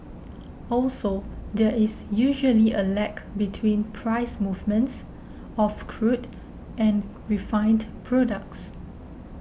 also there is usually a lag between price movements of crude and refined products